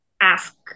ask